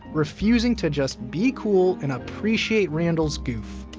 refusing to just be cool and appreciate randle's goof,